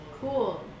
cool